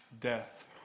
death